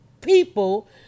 people